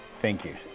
thank you.